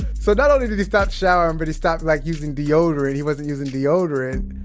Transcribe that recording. so, not only did he stop showering, but he stopped like using deodorant. he wasn't using deodorant